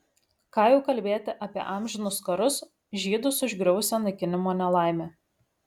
ką jau kalbėti apie amžinus karus žydus užgriuvusią naikinimo nelaimę